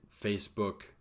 Facebook